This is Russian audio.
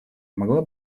могла